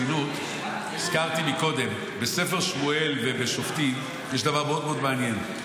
הזכרתי מקודם: בספר שמואל ובשופטים יש דבר מאוד מאוד מעניין.